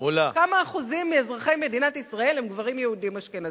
כמה אחוזים מאזרחי מדינת ישראל הם גברים יהודים אשכנזים?